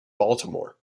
baltimore